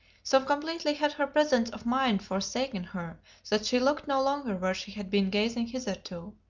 so completely had her presence of mind forsaken her that she looked no longer where she had been gazing hitherto.